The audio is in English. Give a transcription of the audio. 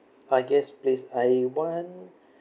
I guess please I want